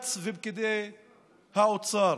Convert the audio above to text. כץ ופקידי האוצר,